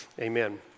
Amen